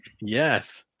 Yes